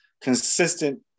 consistent